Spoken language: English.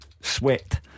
sweat